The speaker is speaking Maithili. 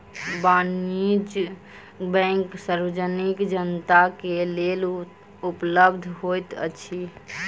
वाणिज्य बैंक सार्वजनिक जनता के लेल उपलब्ध होइत अछि